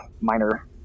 minor